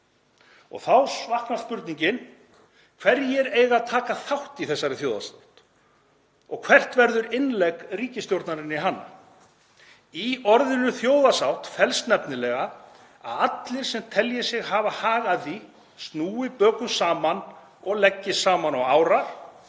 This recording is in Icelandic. Þá vaknar spurningin: Hverjir eiga að taka þátt í þessari þjóðarsátt og hvert verður innlegg ríkisstjórnarinnar í hana? Í orðinu þjóðarsátt felst nefnilega að allir sem telja sig hafa hag af því snúi bökum saman og leggist saman á árarnar,